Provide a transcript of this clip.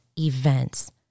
events